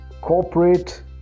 corporate